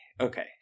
Okay